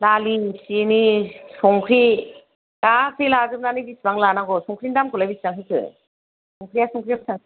दालि सिनि संख्रि गासै लाजोबनानै बेसेबां लानांगौ संख्रिनि दामखौलाय बेसेबां होखो संख्रिया बेसेबां